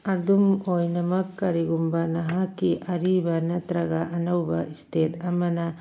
ꯑꯗꯨꯝ ꯑꯣꯏꯅꯃꯛ ꯀꯔꯤꯒꯨꯝꯕ ꯅꯍꯥꯛꯀꯤ ꯑꯔꯤꯕ ꯅꯠꯇ꯭ꯔꯒ ꯑꯅꯧꯕ ꯏꯁꯇꯦꯠ ꯑꯃꯅ